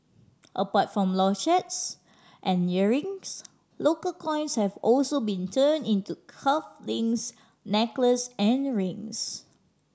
apart from and earrings local coins have also been turned into cuff links necklaces and rings